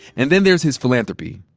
and then there's his philanthropy.